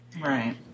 Right